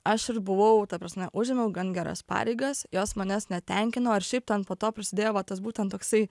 aš ir buvau ta prasme užėmiau gan geras pareigas jos manęs netenkino ar šiaip ten po to prisidėjo va tas būtent toksai